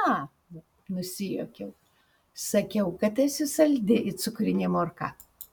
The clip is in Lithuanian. a nusijuokiau sakiau kad esi saldi it cukrinė morka